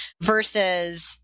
versus